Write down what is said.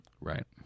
right